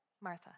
Martha